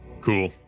Cool